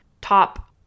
top